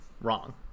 Wrong